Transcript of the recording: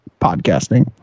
podcasting